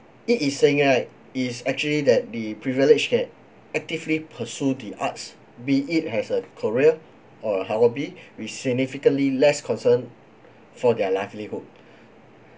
it is saying it right it is actually that the privilege that actively pursue the arts be it has a career or a uh hobby with significantly less concern for their livelihood